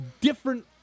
different